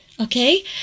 okay